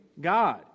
God